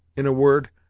in a word,